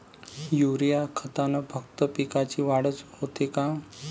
Urea खतानं फक्त पिकाची वाढच होते का?